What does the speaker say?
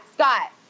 Scott